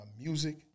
music